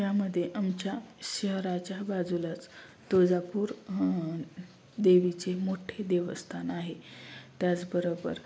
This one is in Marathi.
यामध्ये आमच्या शहराच्या बाजूलाच तुळजापूर देवीचे मोठ्ठे देवस्थान आहे त्याचबरोबर